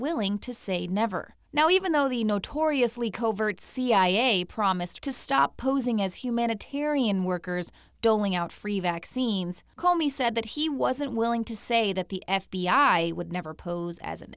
willing to say never now even though the notoriously covert cia promised to stop posing as humanitarian workers doling out free vaccines called me said that he wasn't willing to say that the f b i would never pose as an